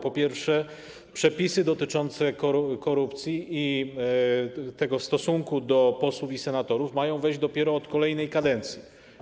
Po pierwsze, przepisy dotyczące korupcji w stosunku do posłów i senatorów mają wejść w życie dopiero od kolejnej kadencji.